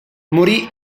morì